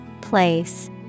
Place